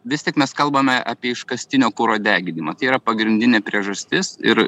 vis tik mes kalbame apie iškastinio kuro deginimą tai yra pagrindinė priežastis ir